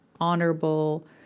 honorable